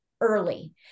early